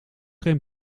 geen